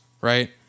right